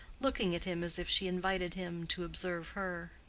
looking at him as if she invited him to observe her.